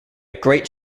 great